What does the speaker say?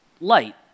light